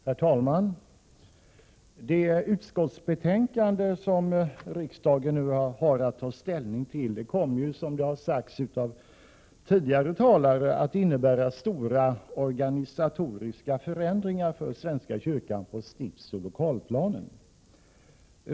Herr talman! Det utskottsbetänkande som riksdagen nu har att ta ställning till kommer, som sagts av talare tidigare, att innebära stora organisatoriska förändringar för svenska kyrkan på stiftsoch lokalplanen.